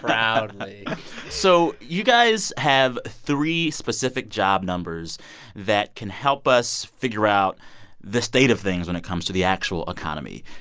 proudly so you guys have three specific job numbers that can help us figure out the state of things when it comes to the actual economy.